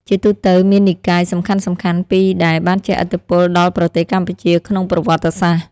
ជាទូទៅ មាននិកាយសំខាន់ៗពីរដែលបានជះឥទ្ធិពលដល់ប្រទេសកម្ពុជាក្នុងប្រវត្តិសាស្ត្រ។